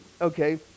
okay